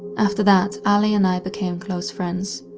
after that, allie and i became close friends.